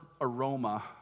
aroma